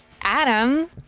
Adam